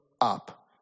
up